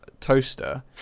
toaster